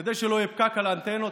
כדי שלא יהיה פקק על האנטנות,